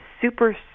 super